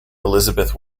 elizabeth